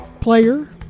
player